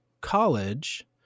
college